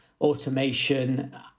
automation